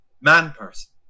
Man-person